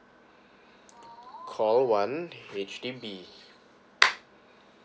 call one H_D_B